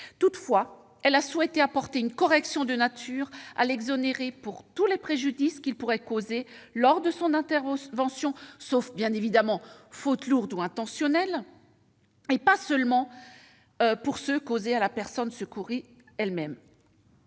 Toutefois, elle a souhaité apporter une correction de nature à l'exonérer pour tous les préjudices qu'il pourrait causer lors de son intervention, sauf faute lourde ou intentionnelle, et pas seulement pour ceux causés à la personne secourue elle-même.